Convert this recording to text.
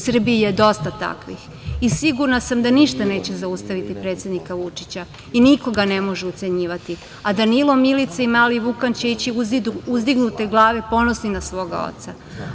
Srbiji je dosta takvih i sigurna sam da ništa neće zaustaviti predsednika Vučića i nikoga ne može ucenjivati, a Danilo, Milica i mali Vukan će ići uzdignute glave ponosni na svoga oca.